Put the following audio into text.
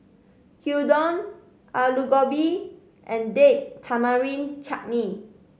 Gyudon Alu Gobi and Date Tamarind Chutney